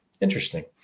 Interesting